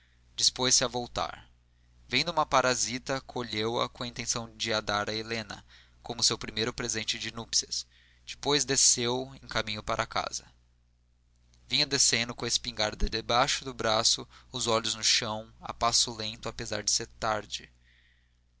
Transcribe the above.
dispôs-se a voltar vendo uma parasita colheu a com a intenção de a dar a helena como seu primeiro presente de núpcias depois desceu em caminho para casa vinha descendo com a espingarda debaixo do braço os olhos no chão a passo lento apesar de ser tarde